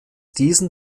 diesem